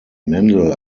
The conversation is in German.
mendel